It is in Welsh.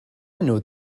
enw